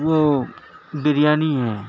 وہ بریانی ہے